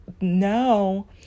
now